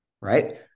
Right